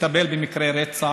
שקר בבלאש,